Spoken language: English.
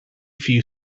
few